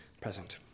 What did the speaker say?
present